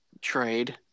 trade